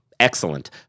excellent